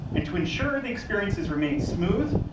and to ensure the experiences remain smooth,